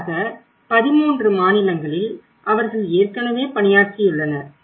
குறிப்பாக 13 மாநிலங்களில் அவர்கள் ஏற்கனவே பணியாற்றியுள்ளனர்